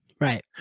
right